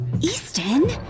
Easton